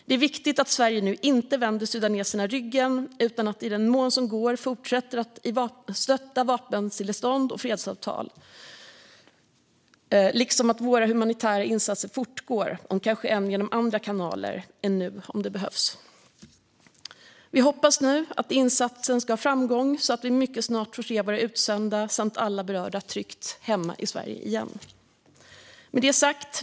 Det är viktigt att Sverige nu inte vänder sudaneserna ryggen utan i den mån det går fortsätter stötta vapenstillestånd och fredsavtal och låter våra humanitära insatser fortgå, om än genom andra kanaler än nu om så behövs. Vi hoppas nu att insatsen ska ha framgång så att vi mycket snart får se våra utsända samt alla berörda tryggt hemma i Sverige igen.